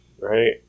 right